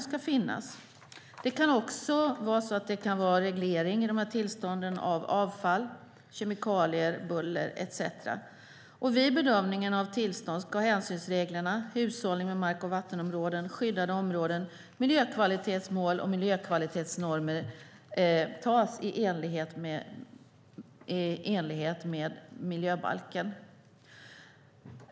I tillstånden kan också regleras mängden avfall, kemikalier, buller etcetera. Vid bedömning av tillståndsgivningen ska det i enlighet med miljöbalken göras en bedömning av hänsynsreglerna, hushållning med mark och vattenområden, skyddade områden, miljökvalitetsmål och miljökvalitetsnormer.